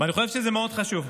אני חושב שזה מאוד חשוב.